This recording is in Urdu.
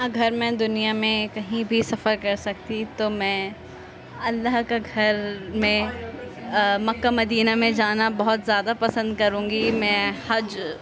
اگر میں دنیا میں کہیں بھی سفر کر سکتی تو میں اللہ کا گھر میں مکہ مدینہ میں جانا بہت زیادہ پسند کروں گی میں حج